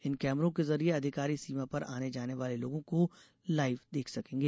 इन कैमरों के जरिए अधिकारी सीमा पर आने जाने वाले लोगों को लाइव देख सकेंगें